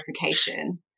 verification